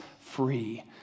free